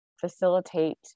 facilitate